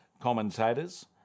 commentators